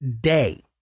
day